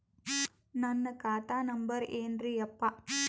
ನನ್ನ ಖಾತಾ ನಂಬರ್ ಏನ್ರೀ ಯಪ್ಪಾ?